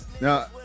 Now